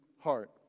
heart